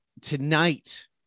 tonight